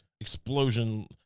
Explosion